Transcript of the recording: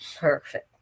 perfect